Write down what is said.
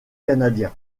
canadien